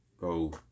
go